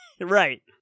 Right